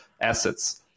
assets